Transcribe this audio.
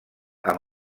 amb